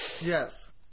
Yes